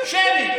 שמית.